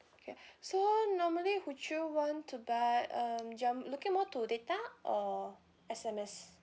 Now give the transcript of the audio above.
okay so normally would you want to buy um you're looking more to data or S_M_S